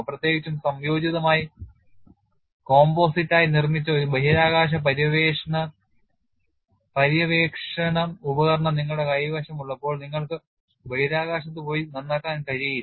പ്രത്യേകിച്ചും സംയോജിതമായി നിർമ്മിച്ച ഒരു ബഹിരാകാശ പര്യവേക്ഷണ ഉപകരണം നിങ്ങളുടെ കൈവശമുള്ളപ്പോൾ നിങ്ങൾക്ക് ബഹിരാകാശത്ത് പോയി നന്നാക്കാൻ കഴിയില്ല